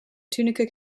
tunica